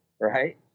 Right